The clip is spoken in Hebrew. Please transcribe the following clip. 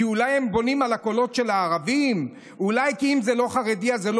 תדאג גם לחרדים.